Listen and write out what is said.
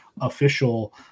official